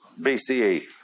BCE